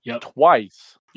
twice